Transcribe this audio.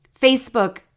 Facebook